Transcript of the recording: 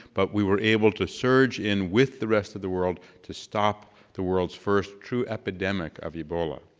but we were able to surge in with the rest of the world to stop the world's first true epidemic of ebola.